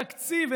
התקציב,